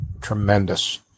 Tremendous